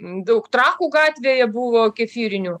daug trakų gatvėje buvo kefyrinių